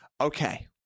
Okay